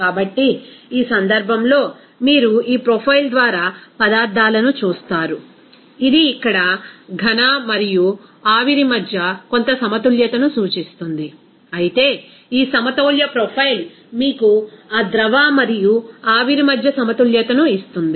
కాబట్టి ఈ సందర్భంలో మీరు ఈ ప్రొఫైల్ ద్వారా పదార్థాలను చూస్తారు ఇది ఇక్కడ ఘన మరియు ఆవిరి మధ్య కొంత సమతుల్యతను సూచిస్తుంది అయితే ఈ సమతౌల్య ప్రొఫైల్ మీకు ఆ ద్రవ మరియు ఆవిరి మధ్య సమతుల్యతను ఇస్తుంది